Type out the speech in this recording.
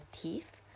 teeth